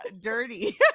dirty